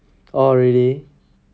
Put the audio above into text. oh really